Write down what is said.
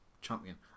champion